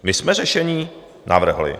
My jsme řešení navrhli.